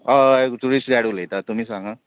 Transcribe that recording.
हय tourist guide उलयतां तुमी सांगा